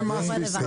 לשלם מס בישראל.